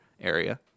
area